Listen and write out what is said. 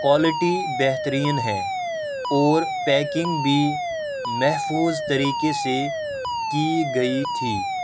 quality بہترین ہے اور پیکنگ بھی محفوظ طریقے سے کی گئی تھی